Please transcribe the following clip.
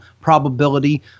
probability